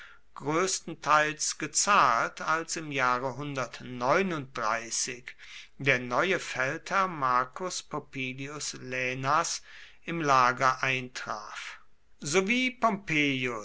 größtenteils gezahlt als im jahre der neue feldherr marcus popillius laenas im lager eintraf sowie pompeius